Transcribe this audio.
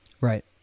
Right